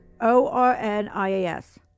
O-R-N-I-A-S